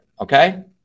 Okay